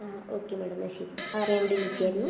ആ okay madam എന്നാൽ ശരി അതറിയുവാൻവേണ്ടി വിളിച്ചതായിരുന്നു